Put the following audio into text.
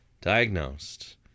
diagnosed